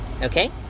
Okay